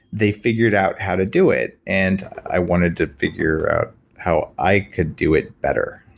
they figured out how to do it. and i wanted to figure out how i could do it better.